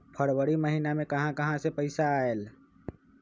फरवरी महिना मे कहा कहा से पैसा आएल?